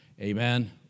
amen